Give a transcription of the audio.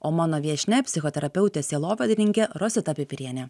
o mano viešnia psichoterapeutė sielovadininkė rosita pipirienė